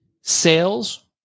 sales